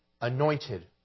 anointed